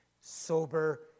sober